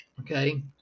Okay